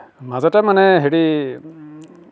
মাজতে মানে হেৰি